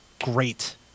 great